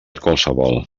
qualsevol